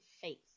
Faith